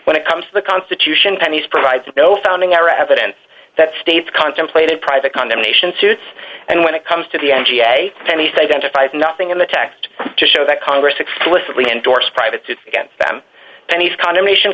when it comes to the constitution he's provides no founding are evidence that states contemplated private condemnation suits and when it comes to the n g a and he's identified nothing in the text to show that congress explicitly endorsed privates against them and his condemnation